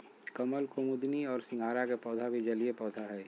कमल, कुमुदिनी और सिंघाड़ा के पौधा भी जलीय पौधा हइ